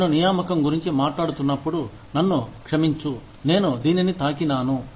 నేను నియామకం గురించి మాట్లాడుతున్నప్పుడు నన్ను క్షమించు నేను దీనిని తాకినాను